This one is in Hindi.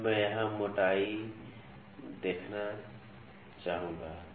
अब मैं यहाँ मोटाई देखना चाहूंगा